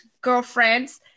girlfriend's